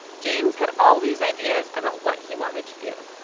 james had all these ideas about what he wanted to do.